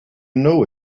know